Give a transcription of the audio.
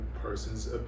person's